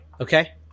okay